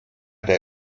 der